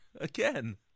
again